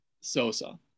Sosa